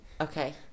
Okay